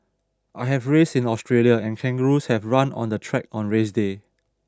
I have raced in Australia and kangaroos have run on the track on race day